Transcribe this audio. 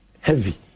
Heavy